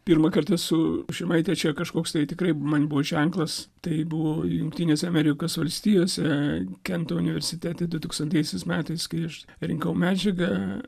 pirmą kartą su šimaite čia kažkoks tai tikrai man buvo ženklas tai buvo jungtinėse amerikos valstijose kento universitete du tūkstantaisiais metais kai aš rinkau medžiagą